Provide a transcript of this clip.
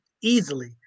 easily